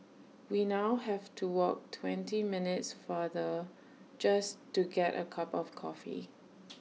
we now have to walk twenty minutes farther just to get A cup of coffee